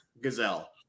gazelle